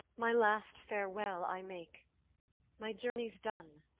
my last farewell i make my journey's done.